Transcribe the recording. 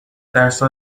درسا